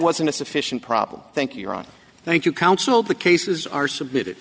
wasn't a sufficient problem thank you ron thank you counsel the cases are submitted